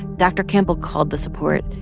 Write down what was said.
dr. campbell called the support,